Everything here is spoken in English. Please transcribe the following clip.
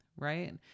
Right